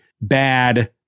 bad